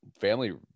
family